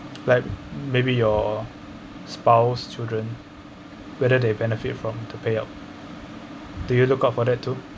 like maybe your spouse children whether they benefit from the payout do you look out for that too